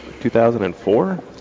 2004